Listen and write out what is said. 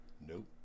Nope